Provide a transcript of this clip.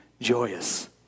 joyous